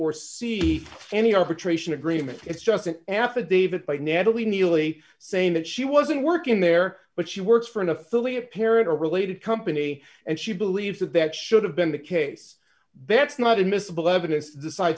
or see any arbitration agreement it's just an affidavit by natalie neely saying that she wasn't working there but she works for an affiliate parrott or related company and she believes that that should have been the case then it's not admissible evidence